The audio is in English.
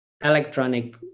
electronic